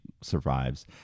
survives